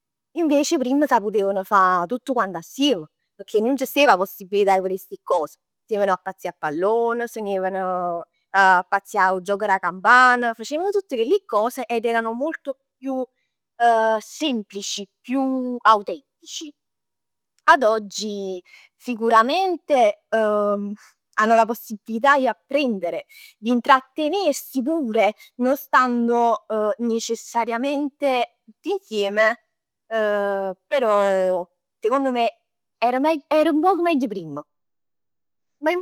Invece primm s' 'a putevan fa tutt quant assiem, pecchè nun c' stev 'a possibilità 'e verè sti cos. S' mettevn a pazzià a pallon, se ne jeven a pazzià 'o gioco d' 'a campan. Facevn tutt chelli cos che erano molto più semplici, più autentici. Ad oggi sicuramente hanno la possibilità di apprendere, di intrattenersi pure, non stando necessariamente tutti insieme, però secondo me era meglio, era nu poc meglio prima.